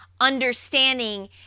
understanding